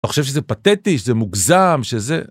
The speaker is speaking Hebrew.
אני חושב שזה פתטי, שזה מוגזם, שזה...